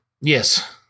Yes